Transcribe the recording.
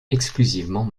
exclusivement